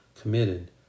committed